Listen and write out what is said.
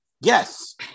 Yes